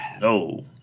no